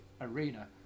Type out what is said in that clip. arena